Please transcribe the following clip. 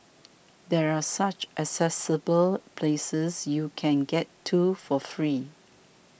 there are such accessible places you can get to for free